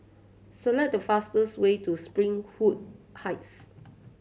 select the fastest way to Springwood Heights